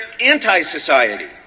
anti-society